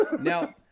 Now